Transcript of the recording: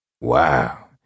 Wow